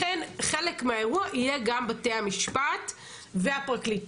לכן חלק מהאירוע יהיה גם בתי המשפט והפרקליטות.